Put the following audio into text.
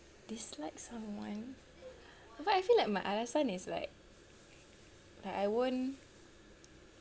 dislike someone but I feel like my alasan is like like I won't